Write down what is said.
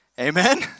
Amen